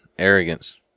Arrogance